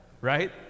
right